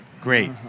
Great